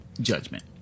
judgment